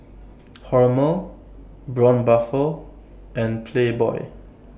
Hormel Braun Buffel and Playboy